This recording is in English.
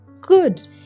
good